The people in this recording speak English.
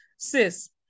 Sis